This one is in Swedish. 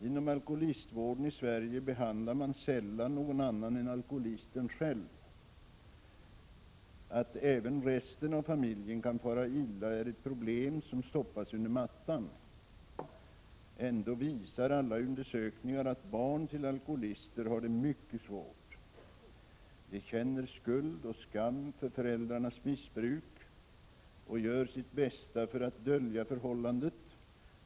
Inom alkoholistvården i Sverige behandlar man sällan någon annan än alkoholisten själv. Att även resten av familjen kan fara illa är ett problem som sopas under mattan. Ändå visar alla undersökningar att barn till alkoholister har det mycket svårt. De känner skuld och skam för föräldrarnas missbruk och gör sitt bästa för att dölja förhållandet.